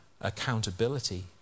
accountability